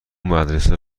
مدرسه